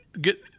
get –